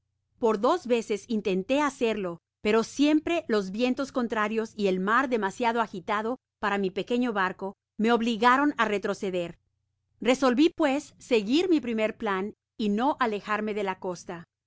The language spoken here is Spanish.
por dosiveces intentó hacerlo pero siempre los vientes contrarios y el mar demasiado agitado para mi pequeño barco me obligaron á retroceder resolvi pues seguir mi primer plan y no alejarme de sa costa